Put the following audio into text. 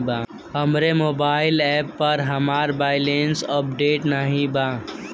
हमरे mobile app पर हमार बैलैंस अपडेट नाई बा